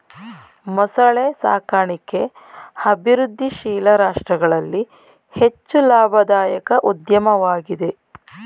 ಮೊಸಳೆ ಸಾಕಣಿಕೆ ಅಭಿವೃದ್ಧಿಶೀಲ ರಾಷ್ಟ್ರಗಳಲ್ಲಿ ಹೆಚ್ಚು ಲಾಭದಾಯಕ ಉದ್ಯಮವಾಗಿದೆ